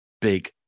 big